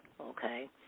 okay